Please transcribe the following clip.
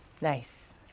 Nice